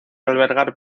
albergar